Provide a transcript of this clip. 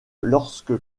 lorsque